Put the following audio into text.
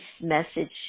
message